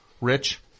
Rich